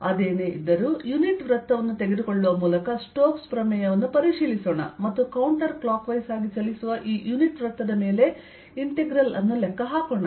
ಅದೇನೇ ಇದ್ದರೂ ಯುನಿಟ್ ವೃತ್ತವನ್ನು ತೆಗೆದುಕೊಳ್ಳುವ ಮೂಲಕ ಸ್ಟೋಕ್ ನ ಪ್ರಮೇಯವನ್ನು ಪರಿಶೀಲಿಸೋಣ ಮತ್ತು ಕೌಂಟರ್ ಕ್ಲಾಕ್ ವೈಸ್ ಆಗಿ ಚಲಿಸುವ ಈ ಯುನಿಟ್ ವೃತ್ತದ ಮೇಲೆ ಇಂಟಿಗ್ರಲ್ ಅನ್ನು ಲೆಕ್ಕ ಹಾಕೋಣ